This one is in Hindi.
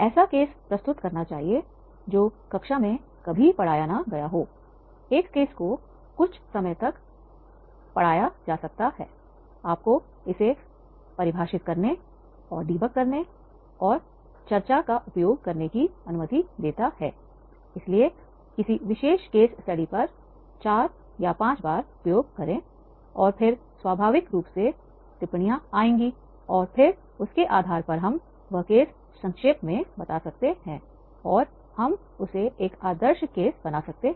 ऐसा केस प्रस्तुत करना जो कक्षा में कभी पढ़ाया न गया होएक केस को कुछ समय तक पढ़ाना आपको इसे परिभाषित करने और डिबग करने और कक्षा चर्चा का उपयोग करने की अनुमति देता है इसलिए किसी विशेष केस स्टडी को 4 5 बार उपयोग करें और फिर स्वाभाविक रूप से टिप्पणियां होंगी और फिर उसके आधार पर हम संक्षेप में बता सकते हैं और हम उसे एक आदर्श केस बना सकते हैं